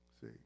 See